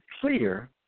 clear